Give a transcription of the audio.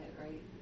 right